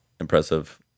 impressive